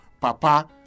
Papa